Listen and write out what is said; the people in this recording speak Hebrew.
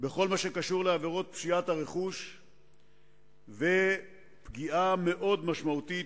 של כל מה שקשור לעבירות פשיעת רכוש ופגיעה מאוד משמעותית